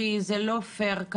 כי זה לא פייר,